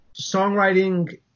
songwriting